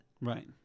Right